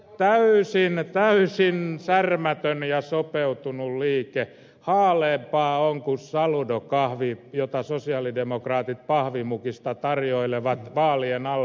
pää öisiin ottaa esiin sopeutunut liike haaleampaa on kuin saludo kahvi jota sosialidemokraatit pahvimukista tarjoilevat vaalien alla